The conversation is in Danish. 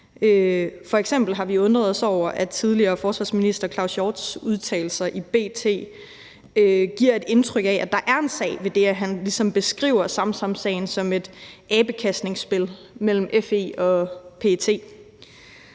har vi undret os over, at tidligere forsvarsminister Claus Hjort Frederiksens udtalelser i B.T. giver et indtryk af, at der er en sag, i og med at han ligesom beskriver Samsamsagen som et abekastningsspil mellem FE og PET.